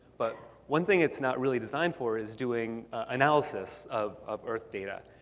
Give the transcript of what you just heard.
but one thing it's not really designed for is doing analysis of of earth data.